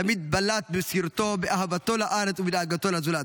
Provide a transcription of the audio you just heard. תמיד בלט במסירותו, באהבתו לארץ ובדאגתו לזולת.